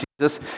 Jesus